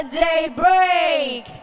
daybreak